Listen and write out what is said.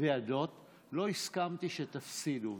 ועדות לא הסכמתי שתפסידו.